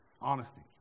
honesty